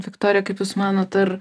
viktorija kaip jūs manot ar